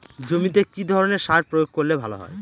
জমিতে কি ধরনের সার প্রয়োগ করলে ভালো হয়?